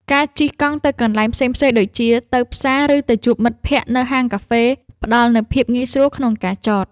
ការជិះកង់ទៅកន្លែងផ្សេងៗដូចជា ទៅផ្សារ ឬទៅជួបមិត្តភក្តិនៅហាងកាហ្វេ ផ្ដល់នូវភាពងាយស្រួលក្នុងការចត។